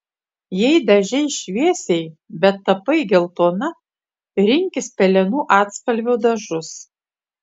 jei dažei šviesiai bet tapai geltona rinkis pelenų atspalvio dažus